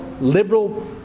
liberal